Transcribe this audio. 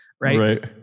right